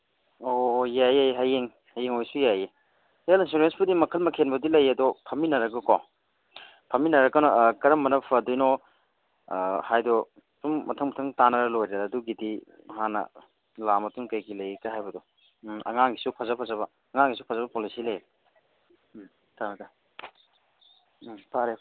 ꯑꯣ ꯌꯥꯏ ꯌꯥꯏ ꯍꯌꯦꯡ ꯍꯌꯦꯡ ꯑꯣꯏꯁꯨ ꯌꯥꯏꯌꯦ ꯍꯦꯜꯠ ꯏꯟꯁꯨꯔꯦꯟꯁꯄꯨꯗꯤ ꯃꯈꯜ ꯃꯊꯦꯜꯕꯨꯗꯤ ꯂꯩꯌꯦ ꯑꯗꯨ ꯐꯝꯃꯤꯟꯅꯔꯒꯀꯣ ꯐꯝꯃꯤꯟꯅꯔꯒ ꯀꯔꯝꯕꯅ ꯐꯗꯣꯏꯅꯣ ꯍꯥꯏꯗꯣ ꯁꯨꯝ ꯃꯊꯪ ꯃꯊꯪ ꯇꯥꯅꯔ ꯂꯣꯏꯔꯦ ꯑꯗꯨꯒꯤꯗꯤ ꯍꯥꯟꯅ ꯂꯥꯛꯑ ꯃꯇꯨꯡ ꯀꯩꯀꯩ ꯂꯩꯀ ꯍꯥꯏꯕꯗꯣ ꯎꯝ ꯑꯉꯥꯉꯒꯤꯁꯨ ꯐꯖ ꯐꯖꯕ ꯑꯉꯥꯡꯒꯤꯁꯨ ꯐꯖꯕ ꯄꯣꯂꯤꯁꯤ ꯂꯩ ꯎꯝ ꯊꯝꯃꯦ ꯊꯝꯃꯦ ꯎꯝ ꯐꯔꯦ